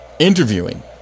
interviewing